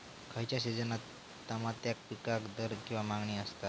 खयच्या सिजनात तमात्याच्या पीकाक दर किंवा मागणी आसता?